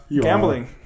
gambling